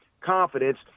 confidence